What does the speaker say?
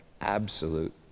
absolute